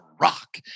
Rock